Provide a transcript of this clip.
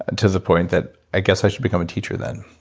to the point that, i guess i should become a teacher then.